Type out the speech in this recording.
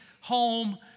home